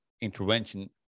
intervention